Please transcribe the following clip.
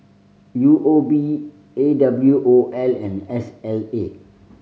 U O B A W O L and S L A